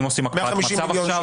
אם עושים הקפאת מצב עכשיו,